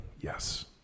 yes